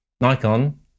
Nikon